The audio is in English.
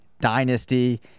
Dynasty